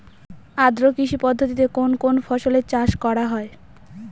আদ্র কৃষি পদ্ধতিতে কোন কোন ফসলের চাষ করা হয়?